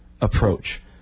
approach